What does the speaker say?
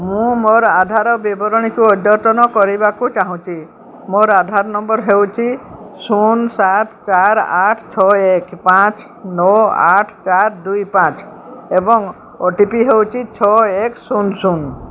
ମୁଁ ମୋର ଆଧାର ବିବରଣୀକୁ ଅଦ୍ୟତନ କରିବାକୁ ଚାହୁଁଛି ମୋର ଆଧାର ନମ୍ବର ହେଉଛି ଶୂନ ସାତ ଚାରି ଆଠ ଛଅ ଏକ ପାଞ୍ଚ ନଅ ଆଠ ଚାରି ଦୁଇ ପାଞ୍ଚ ଏବଂ ଓ ଟି ପି ହେଉଛି ଛଅ ଏକ ଶୂନ ଶୂନ